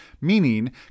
meaning